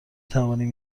توانیم